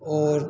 और